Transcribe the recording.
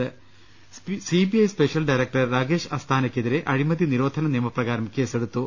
്്്്്്്് C B I special director Rakesh അസ്താനയ്ക്കെതിരെ അഴിമതി നിരോധന നിയമപ്രകാരം കേസെടുത്തു